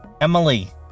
Emily